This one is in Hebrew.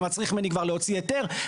זה מצריך ממני כבר להוציא היתר.